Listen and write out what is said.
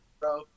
bro